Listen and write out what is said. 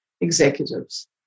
executives